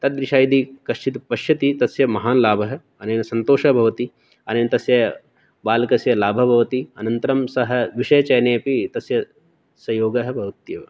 तद्विषये यदि कश्चित् पश्यति तस्य महान् लाभः अनेन सन्तोषः भवति अनेन तस्य बालकस्य लाभः भवति अनन्तरं सः विषयचयने अपि तस्य सहयोगः भवति एव